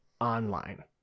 online